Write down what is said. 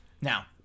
Now